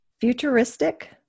Futuristic